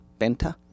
Benta